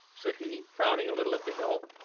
said he, frowning a little at the hill.